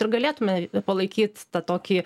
ir galėtume palaikyt tą tokį